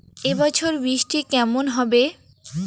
এবছর বৃষ্টি কেমন হবে?